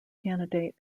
candidate